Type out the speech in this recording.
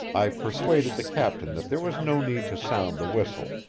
i persuaded the captain that there was no need to sound the whistle,